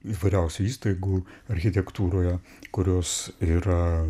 įvairiausių įstaigų architektūroje kurios yra